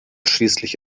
schließlich